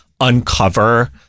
uncover